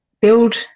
build